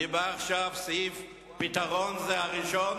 אני בא עכשיו לסעיף שאומר: הפתרון הראשון